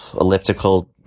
elliptical